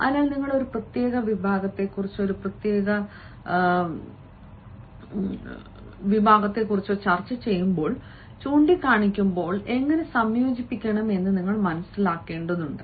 അതിനാൽ നിങ്ങൾ ഒരു പ്രത്യേക വിഭാഗത്തെക്കുറിച്ചോ ഒരു പ്രത്യേക വിഭാഗത്തെക്കുറിച്ചോ ചർച്ച ചെയ്യുമ്പോൾ ചൂണ്ടിക്കാണിക്കുമ്പോൾ എങ്ങനെ സംയോജിപ്പിക്കണം എന്ന് മനസിലാക്കേണ്ടതുണ്ട്